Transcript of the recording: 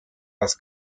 las